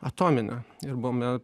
atominę ir buvome